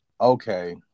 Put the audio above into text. Okay